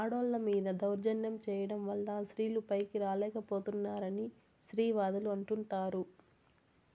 ఆడోళ్ళ మీద దౌర్జన్యం చేయడం వల్ల స్త్రీలు పైకి రాలేక పోతున్నారని స్త్రీవాదులు అంటుంటారు